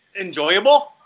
enjoyable